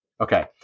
okay